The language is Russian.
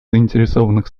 заинтересованных